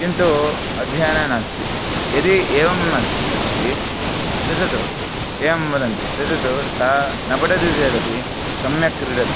किन्तु अध्ययने नास्ति यदि एवम् अर् अस्ति त्यजतु एवं वदन्ति त्यजतु सः न पठति चेदपि सम्यक् क्रीडति